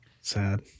Sad